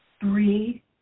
three